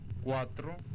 Cuatro